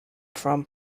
from